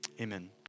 Amen